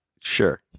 Sure